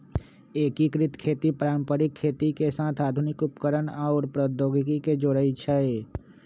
एकीकृत खेती पारंपरिक खेती के साथ आधुनिक उपकरणअउर प्रौधोगोकी के जोरई छई